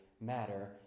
matter